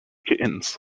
kittens